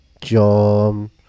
John